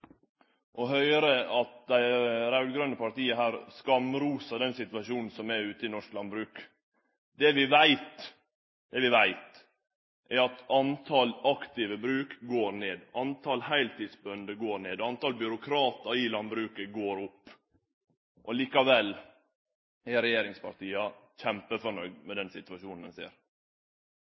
å høyre at dei raud-grøne partia her skamroser den situasjonen ein har i norsk landbruk. Det vi veit, er at talet på aktive bruk går ned, talet på heiltidsbønder går ned, mens talet på byråkratar i landbruket går opp. Likevel er regjeringspartia kjempefornøgde med den situasjonen ein ser!